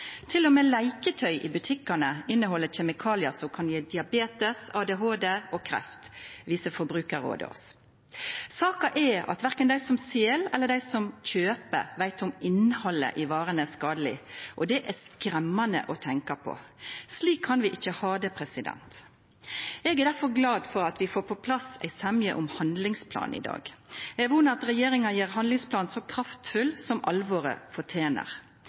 leiketøy i butikkane inneheld kjemikaliar, som kan gje diabetes, ADHD og kreft, seier Forbrukarrådet. Saka er at verken dei som sel, eller dei som kjøper, veit om innhaldet i varene er skadeleg, og det er skremmande å tenkja på. Slik kan vi ikkje ha det. Eg er difor glad for at vi får på plass ei semje om ein handlingsplan i dag. Eg vonar at regjeringa gjer handlingsplanen kraftfull og gjev han det alvoret han fortener.